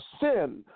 sin